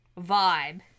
vibe